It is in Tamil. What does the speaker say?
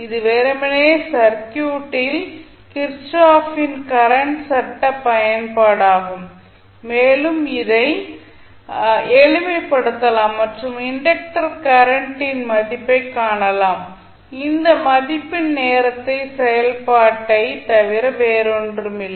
இது வெறுமனே சர்க்யூட்டில் கிர்ச்சோஃப்பின் கரண்ட் சட்ட பயன்பாடாகும் மேலும் இதை எளிமைப்படுத்தலாம் மற்றும் இன்டக்டர் கரண்ட் ன் மதிப்பை காணலாம் இந்த மதிப்பு நேரத்தின் செயல்பாட்டைத் தவிர வேறொன்றுமில்லை